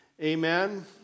amen